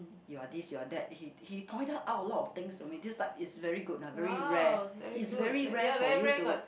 you are this you are that he he pointed out a lot of things to me this like it's very good ah very rare it's very rare to you